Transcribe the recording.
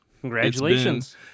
congratulations